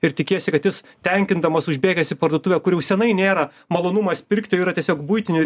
ir tikiesi kad jis tenkindamas užbėgęs į parduotuvę kuri jau senai nėra malonumas pirkti yra tiesiog buitinių